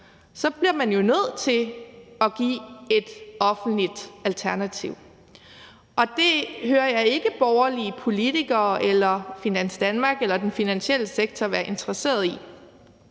bliver man jo nødt til at give et offentligt alternativ, og det hører jeg ikke borgerlige politikere eller Finans Danmark eller den finansielle sektor være interesseret i.